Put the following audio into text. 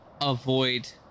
avoid